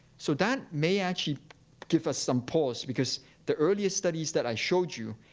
so that may actually give us some pause, because the earlier studies that i showed you,